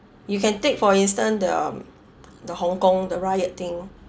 you can take for instance the um the hong kong the rioting